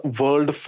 world